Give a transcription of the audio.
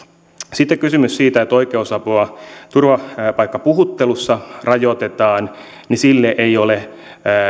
sitten kysymys siitä että oikeusapua turvapaikkapuhuttelussa rajoitetaan sille ei ole